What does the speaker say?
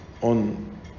on